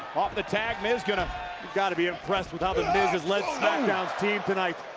off the tag, miz gonna gotta be impressed with how the miz has led smackdown's team tonight.